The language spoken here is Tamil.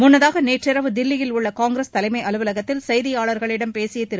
முன்னதாக நேற்றிரவு தில்லியில் உள்ள காங்கிரஸ் தலைமை அலுவலகத்தில் செய்தியாளர்களிடம் பேசிய திரு